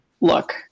look